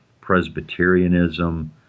Presbyterianism